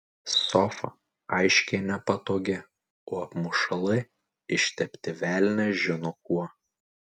sofa aiškiai nepatogi o apmušalai ištepti velnias žino kuo